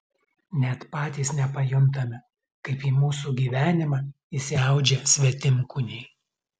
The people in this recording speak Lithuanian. net patys nepajuntame kaip į mūsų gyvenimą įsiaudžia svetimkūniai